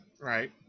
right